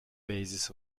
basis